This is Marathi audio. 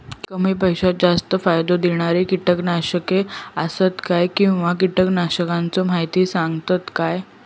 कमी पैशात जास्त फायदो दिणारी किटकनाशके आसत काय किंवा कीटकनाशकाचो माहिती सांगतात काय?